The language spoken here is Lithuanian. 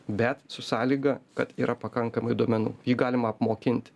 bet su sąlyga kad yra pakankamai duomenų jį galima apmokinti